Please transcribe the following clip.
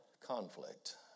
conflict